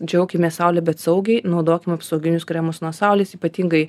džiaukimės saule bet saugiai naudokim apsauginius kremus nuo saulės ypatingai